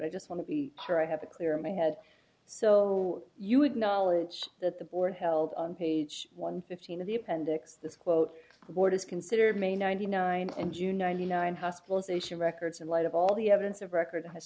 i just want to be part i have to clear my head so you acknowledge that the board held on page one fifteen of the appendix this quote what is considered may ninety nine and you ninety nine hospitalization records in light of all the evidence of record h